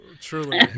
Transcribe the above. Truly